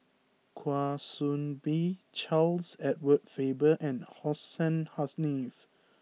Kwa Soon Bee Charles Edward Faber and Hussein Haniff